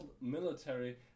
military